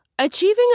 Achieving